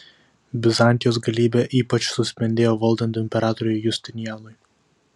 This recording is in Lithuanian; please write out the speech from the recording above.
bizantijos galybė ypač suspindėjo valdant imperatoriui justinianui